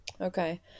Okay